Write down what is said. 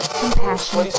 compassion